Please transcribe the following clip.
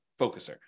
focuser